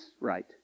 right